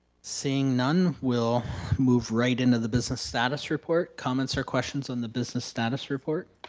seeing none, we'll move right into the business status report, comments or questions on the business status report?